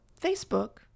Facebook